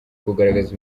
kugaragaza